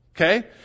okay